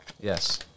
Yes